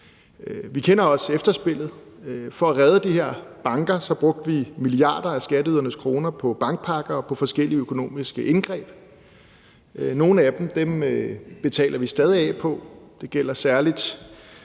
Vi kender også efterspillet. For at redde de her banker brugte vi milliarder af skatteydernes kroner på bankpakker og forskellige økonomiske indgreb. Nogle af dem betaler vi stadig af på. Det gælder særlig